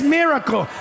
miracle